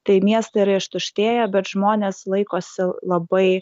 tai miestai yra ištuštėję bet žmonės laikosi labai